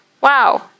Wow